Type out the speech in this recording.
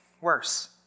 worse